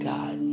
God